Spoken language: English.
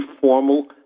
formal